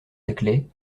laclais